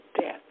death